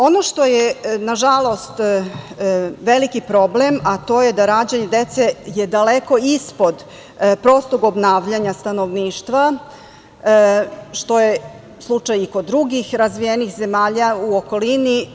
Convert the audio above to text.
Ono što je, na žalost, veliki problem, a to je da je rađanje dece daleko ispod prostog obnavljanja stanovništva, što je slučaj i kod drugih razvijenih zemalja u okruženju.